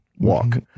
Walk